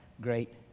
great